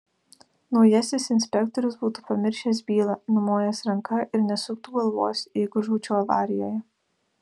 naujasis inspektorius būtų pamiršęs bylą numojęs ranka ir nesuktų galvos jeigu žūčiau avarijoje